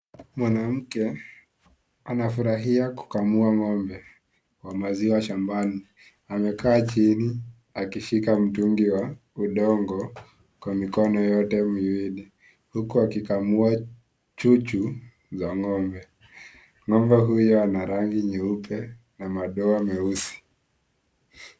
Mwanamke anafurahi a kukamua ng'ombe wa maziwa shambani amekaa chini akishika mtungi wa udongo kwa mikono yote miwili huku akikamua chuchu za ng'ombe ng'ombe huyo ana rangi nyeupe na madoa meusi.